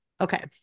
Okay